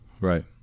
Right